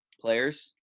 players